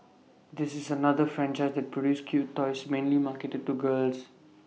this is another franchise that produced cute toys mainly marketed to girls